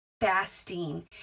fasting